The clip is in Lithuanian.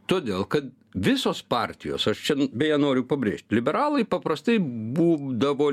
todėl kad visos partijos aš čia beje noriu pabrėžti liberalai paprastai būdavo